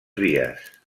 vies